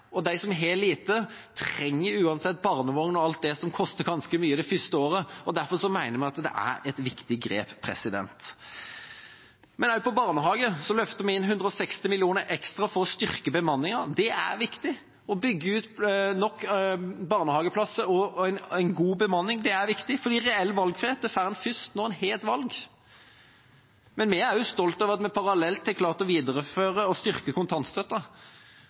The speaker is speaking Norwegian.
dem. De som har lite, trenger uansett barnevogn og alt det andre som koster ganske mye det første året, og derfor mener vi at dette er et viktig grep. Innen barnehage løfter vi inn 160 mill. kr ekstra for å styrke bemanningen. Det er viktig. Å bygge ut nok barnehageplasser og en god bemanning er viktig, for reell valgfrihet får en først når en har et valg. Vi er også stolte over at vi parallelt har klart å videreføre og styrke